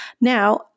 Now